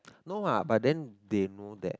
no ah but then they know that